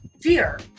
fear